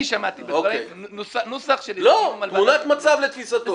אני שמעתי נוסח ש --- לא, תמונת מצב לתפיסתו.